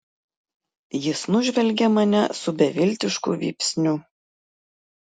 jis nužvelgė mane su beviltišku vypsniu